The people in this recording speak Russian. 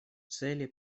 цели